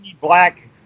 black